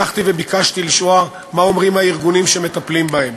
הלכתי וביקשתי לשמוע מה אומרים הארגונים שמטפלים בהם.